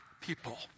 people